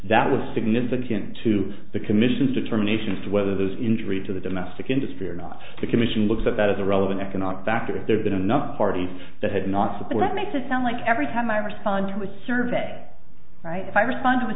that was significant to the commission's determination as to whether those injury to the domestic industry or not the commission looked at that as a relevant economic factor if there'd been enough parties that had not support makes it sound like every time i risk on to a survey right i responded with